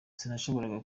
sinashoboraga